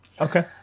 Okay